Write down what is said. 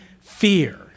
fear